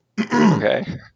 Okay